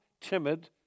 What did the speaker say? timid